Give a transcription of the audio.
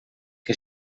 que